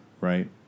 right